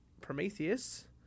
Prometheus